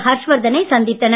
ஹர்ஷ்வர்தனை சந்தித்தனர்